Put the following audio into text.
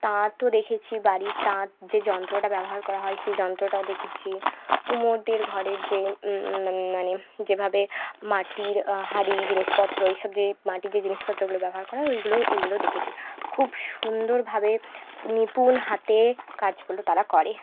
তাঁতও দেখেছি বাড়ির তাঁত যে যন্ত্রটা ব্যবহার করা হয় সেই যন্ত্রটাও দেখেছি কুমোরদের ঘরের যে মানে যেভাবে মাটির হাড়ি জিনিসপত্র এইসব যে মাটির যে জিনিসপত্রগুলো ব্যবহার করা হয় ওইগুলো ওইগুলো দেখেছি খুব সুন্দরভাবে নিপুণ হাতে কাজগুলো তারা করে